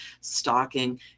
stalking